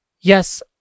Yes